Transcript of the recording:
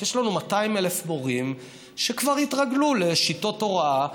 כי יש לנו 200,000 מורים שכבר התרגלו לשיטות הוראה,